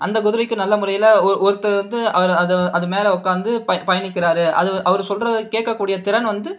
அந்த குதிரைக்கு நல்ல முறையில ஒருத்தர் வந்து அது மேல் உட்காந்து பயணிக்கிறாரு அது அவர் சொல்றதை கேட்கக்கூடிய திறன் வந்து